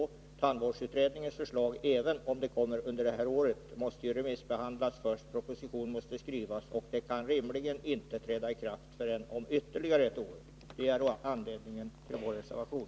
Även om tandvårdsutredningens förslag kommer under det här året, måste det först remissbehandlas och proposition måste skrivas, varför beslutet rimligen inte kan träda i kraft förrän om ytterligare ett år. Det är anledningen till vår reservation.